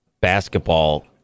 basketball